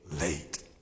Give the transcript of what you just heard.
late